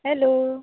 hello